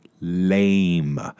Lame